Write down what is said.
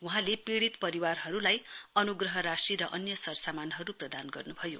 वहाँले पीढ़ित परिवारहरूलाई अनुग्रह राशि र अन्य सरसामानहरू प्रदान गर्नुभयो